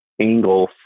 angle